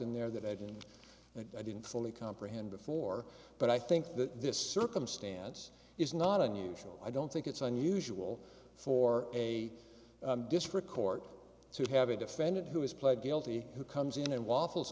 in there that i didn't i didn't fully comprehend before but i think that this circumstance is not unusual i don't think it's unusual for a district court to have a defendant who is pled guilty who comes in and waffles